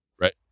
right